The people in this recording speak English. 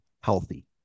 healthy